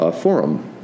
forum